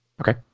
Okay